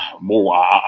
more